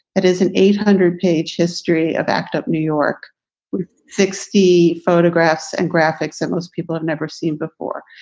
it is an eight hundred page history of act up new york with sixty photographs and graphics that most people have never seen before.